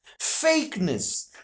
fakeness